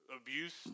abuse